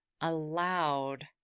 allowed